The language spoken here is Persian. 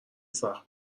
سخت